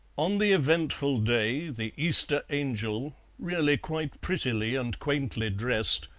on the eventful day the easter angel really quite prettily and quaintly dressed,